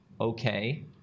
okay